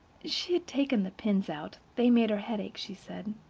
she had taken the pins out they made her head ache, she said.